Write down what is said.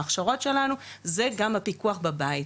בהכשרות שלנו זה גם הפיקוח בבית,